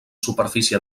superfície